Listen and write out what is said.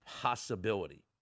possibility